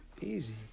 Easy